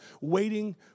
waiting